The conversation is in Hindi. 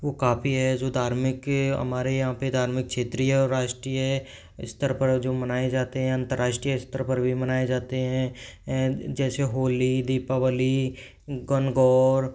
वह काफ़ी है जो धार्मिक के हमारे यहाँ पर धार्मिक क्षेत्रीय और राष्ट्रीय स्तर पर जो मनाए जाते हैं अंतर्राष्ट्रीय स्तर पर भी मनाए जाते हैं जैसे होली दीपावली गणगौर